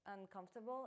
uncomfortable